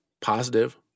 positive